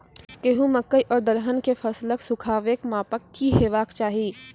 गेहूँ, मकई आर दलहन के फसलक सुखाबैक मापक की हेवाक चाही?